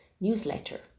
newsletter